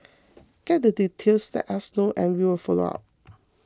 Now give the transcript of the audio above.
get the details let us know and we will follow up